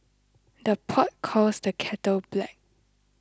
the pot calls the kettle black